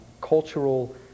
cultural